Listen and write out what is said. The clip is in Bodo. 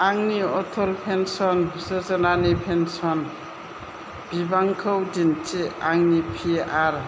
आंनि अटल पेन्सन य'जनानि पेन्सन बिबांखौ दिन्थि आंनि पि आर